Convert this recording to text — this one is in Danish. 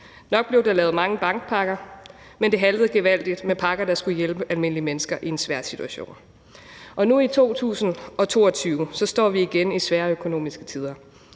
Nok blev der lavet mange bankpakker, men det haltede gevaldigt med pakker, der skulle hjælpe almindelige mennesker i en svær situation. Nu i 2022 står vi igen i svære økonomiske tider.